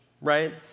right